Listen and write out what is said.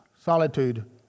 solitude